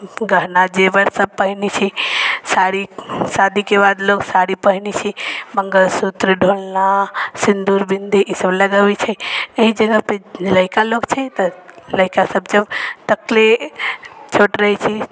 गहना जेवरसब पहिनै छै साड़ी शादीके बाद लोक साड़ी पहिनै छै मङ्गलसूत्र ढोलना सिन्दूर बिन्दी ईसब लगबै छै एही जगहपर लइका लोक छै तऽ लइकासब जब तकले छोट रहै छै